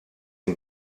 and